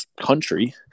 country